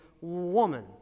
woman